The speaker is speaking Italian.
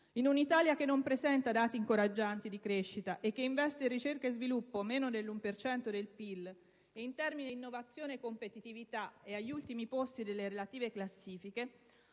In un'Italia che non presenta dati incoraggianti di crescita e che investe in ricerca e sviluppo meno dell'1 per cento del PIL e in termini di innovazione e competitività è agli ultimi posti delle relative classifiche,